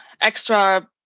extra